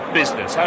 business